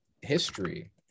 history